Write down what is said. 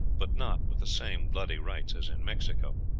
but not with the same bloody rites as in mexico.